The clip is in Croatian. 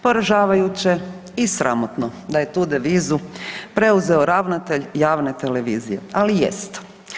Poražavajuće i sramotno da je tu devizu preuzeo ravnatelj javne televizije, ali jest.